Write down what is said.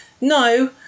no